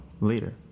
later